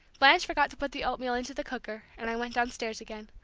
blanche forgot to put the oatmeal into the cooker, and i went downstairs again.